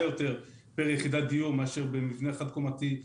יותר פר יחידת דיור מאשר במבנה חד-קומתי,